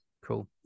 Cool